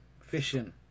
fishing